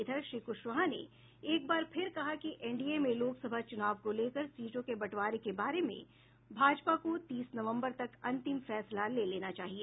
इधर श्री क्शवाहा ने एक बार फिर कहा कि एनडीए में लोकसभा चुनाव को लेकर सीटों के बंटवारे के बारे में भाजपा को तीस नवम्बर तक अंतिम फैसला ले लेना चाहिए